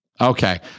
Okay